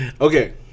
Okay